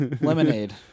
lemonade